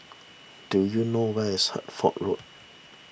do you know where is Hertford Road